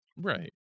Right